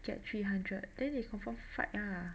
get three hundred then they 你 confirm fight ah